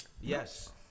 Yes